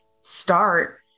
start